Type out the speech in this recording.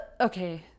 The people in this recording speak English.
Okay